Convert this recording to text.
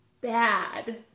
bad